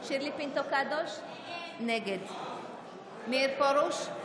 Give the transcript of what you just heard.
שירלי פינטו קדוש, נגד מאיר פרוש,